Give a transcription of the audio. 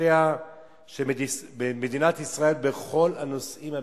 בקשותיה של מדינת ישראל בכל הנושאים הביטחוניים.